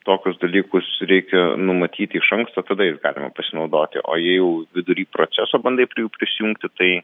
tokius dalykus reikia numatyti iš anksto tada jais galima pasinaudoti o jei jau vidury proceso bandai prie jų prisijungti tai